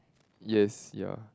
yes ya